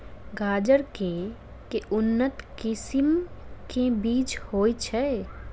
गाजर केँ के उन्नत किसिम केँ बीज होइ छैय?